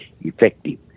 effective